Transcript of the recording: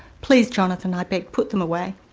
please jonathan, i begged, put them away.